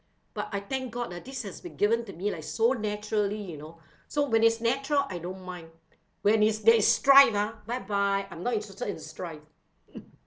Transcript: but I thank god ah this has been given to me like so naturally you know so when it's natural I don't mind when is there is strife ah bye bye I'm not interested in strife